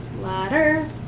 Ladder